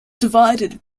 divided